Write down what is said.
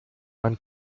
man